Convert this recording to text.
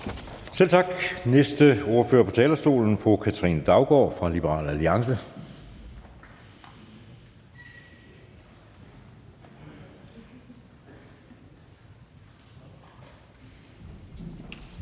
Selv tak. Næste ordfører på talerstolen er fru Katrine Daugaard fra Liberal Alliance.